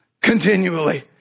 continually